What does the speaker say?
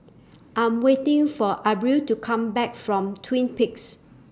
I'm waiting For Abril to Come Back from Twin Peaks